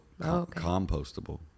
compostable